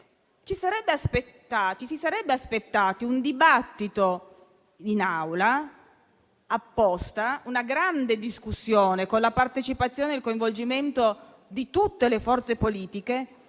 si sarebbe aspettati un dibattito dedicato in Aula, una grande discussione, con la partecipazione e il coinvolgimento di tutte le forze politiche